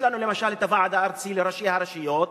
יש לנו למשל את הוועד הארצי לראשי הרשויות,